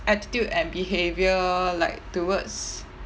attitude and behaviour like towards